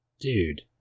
Dude